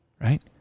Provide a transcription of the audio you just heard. right